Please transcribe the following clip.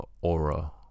aura